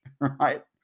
right